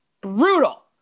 Brutal